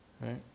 Right